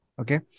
Okay